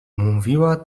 mówiła